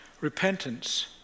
Repentance